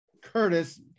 Curtis